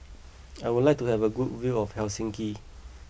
I would like to have a good view of Helsinki